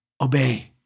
Obey